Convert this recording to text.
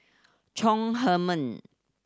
Chong Heman